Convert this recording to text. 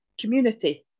community